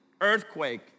earthquake